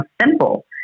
simple